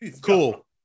cool